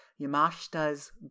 Yamashita's